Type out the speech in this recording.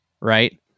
right